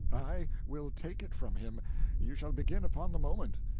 i will take it from him you shall begin upon the moment.